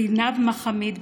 זינב מחאמיד,